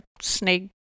snake